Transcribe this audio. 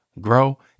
grow